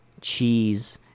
cheese